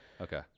Okay